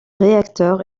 réacteur